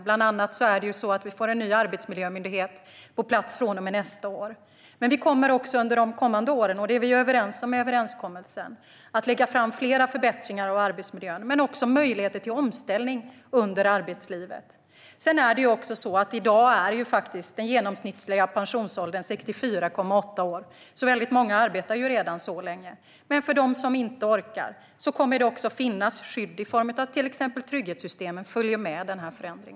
Bland annat får vi en ny arbetsmiljömyndighet på plats från och med nästa år. Vi kommer också under de kommande åren, och det är vi överens om i överenskommelsen, att lägga fram fler förbättringar av arbetsmiljön och även möjligheter till omställning under arbetslivet. I dag är den genomsnittliga pensionsåldern 64,8 år, så många arbetar redan så länge. Men för dem som inte orkar kommer det att finnas skydd i form av att till exempel trygghetssystemen följer med i denna förändring.